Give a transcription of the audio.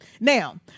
Now